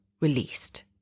released